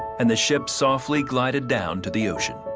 and the ship softly glided down to the ocean.